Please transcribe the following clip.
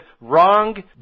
wrong